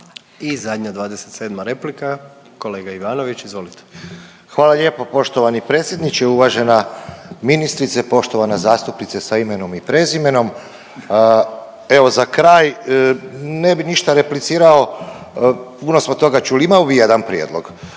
I zadnja 27. replika, kolega Ivanović, izvolite. **Ivanović, Goran (HDZ)** Hvala lijepo poštovani predsjedniče. Uvažena ministrice, poštovana zastupnice sa imenom i prezimenom, evo za kraj, ne bi ništa replicirao, puno smo toga čuli, imao bi jedna prijedlog.